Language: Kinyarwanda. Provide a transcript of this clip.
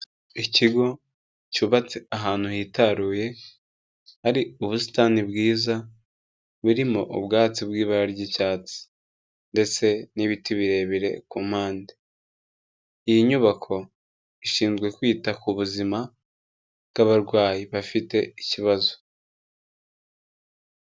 Ikigo cyubatse ahantu hitaruye, hari ubusitani bwiza burimo ubwatsi bw'ibara ry'icyatsi, ndetse n'ibiti birebire ku mpande. Iyi nyubako ishinzwe kwita ku buzima bw'abarwayi bafite ikibazo.